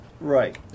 Right